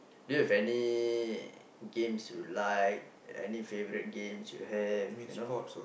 do you have any games you like any favourite games you have you know